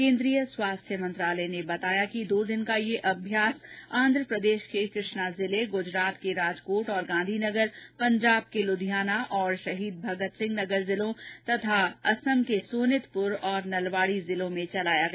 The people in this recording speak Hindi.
केन्द्रीय स्वास्थ्य मंत्रालय ने बताया कि दो दिन का ये अभ्यास आंध्र प्रदेश के कृष्णा जिले गुजरात के राजकोट और गांधीनगर पंजाब के लुधियाना और शहीद भगतसिंह नगर जिलों तथा असम के सोनितपुर और नलवाडी जिलों में चलाया गया